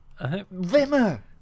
Vimmer